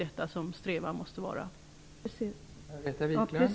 Det måste vara vår strävan.